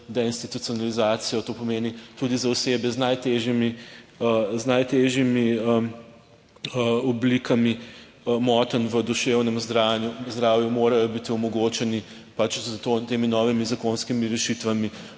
deinstitucionalizacijo. To pomeni, tudi za osebe z najtežjimi oblikami motenj v duševnem zdravju morajo biti omogočeni s temi novimi zakonskimi rešitvami